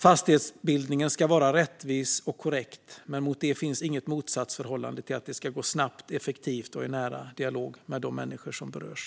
Fastighetsbildningen ska vara rättvis och korrekt, och det står inte i motsatsförhållande till att det ska gå snabbt och effektivt och göras i nära dialog med de människor som berörs.